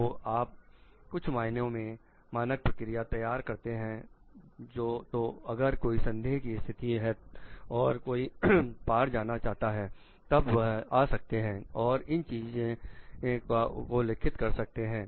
तो आप कुछ मानक प्रक्रिया तैयार करते हैं तो अगर कोई संदेह की स्थिति में है और कोई पार जाना चाहता है तब वह आ सकते हैं और इन चीजों उल्लेखित कर सकते हैं